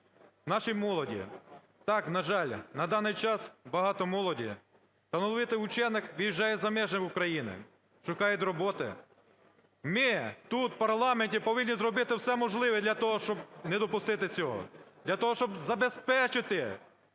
нашій молоді. Так, на жаль, на даний час багато молоді, талановитих учених виїжджає за межі України, шукають роботи. Ми тут, в парламенті, повинні зробити все можливе для того, щоб не допустити цього, для того щоб забезпечити